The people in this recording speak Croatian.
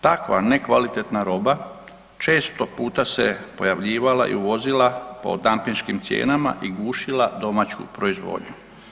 Takva nekvalitetna roba često puta se je pojavljivala i uvozila po dampiškim cijenama i gušila domaću proizvodnju.